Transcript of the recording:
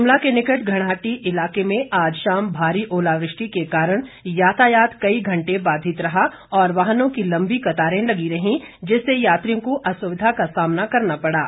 शिमला के निकट घणाहट्टी इलाके में आज शाम भारी ओलावृष्टि के कारण यातायात कई घंटे बाधित रहा और वाहनों की लंबी कतारें लगी रहीं जिससे यात्रियों को असुविधा का सामना करना पड़ा